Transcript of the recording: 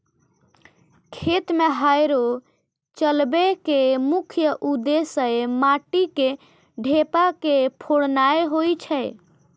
खेत मे हैरो चलबै के मुख्य उद्देश्य माटिक ढेपा के फोड़नाय होइ छै